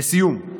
לסיום,